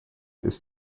ist